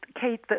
Kate